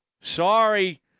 Sorry